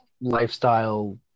lifestyle